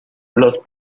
los